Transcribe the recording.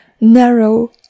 narrow